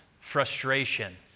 frustration